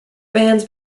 bands